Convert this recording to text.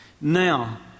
Now